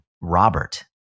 Robert